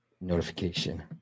notification